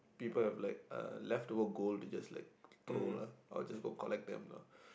people have like uh leftover gold to just like throw lah I will just go collect them lah